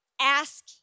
ask